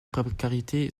précarité